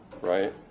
right